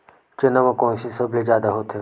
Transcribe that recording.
चना म कोन से सबले जादा होथे?